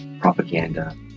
propaganda